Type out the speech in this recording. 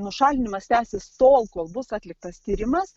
nušalinimas tęsis tol kol bus atliktas tyrimas